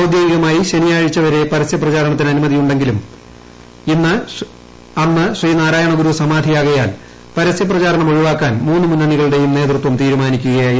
ഔദ്യോഗികമായി പരസ്യ ശനിയാഴ്ചവരെ പരസ്യപ്രചരണത്തിന്റ് അ്നുമതിയുണ്ടെങ്കിലും അന്ന് ശ്രീനാരായണഗുരു സമാധിയാകയിൽ പ്രസ്യ പ്രചാരണം ഒഴിവാക്കാൻ മുന്നണികളുടെയും പ്രി നേതൃത്വംതീരുമാനിക്കുകയായിരുന്നു